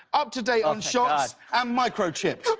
up to date on shots and microchipped.